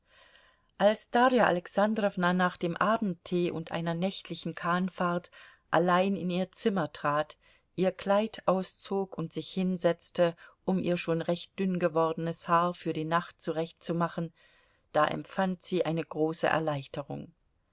als darja alexandrowna nach dem abendtee und einer nächtlichen kahnfahrt allein in ihr zimmer trat ihr kleid auszog und sich hinsetzte um ihr schon recht dünn gewordenes haar für die nacht zurechtzumachen da empfand sie eine große erleichterung